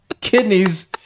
kidneys